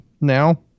now